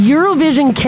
Eurovision